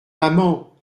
maman